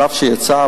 אף שיצא,